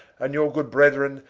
and you good brethren,